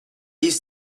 used